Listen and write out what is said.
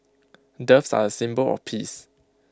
doves are A symbol of peace